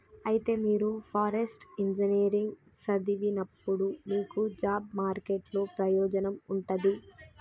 అయితే మీరు forest engineering సదివినప్పుడు మీకు జాబ్ మార్కెట్ లో ప్రయోజనం ఉంటది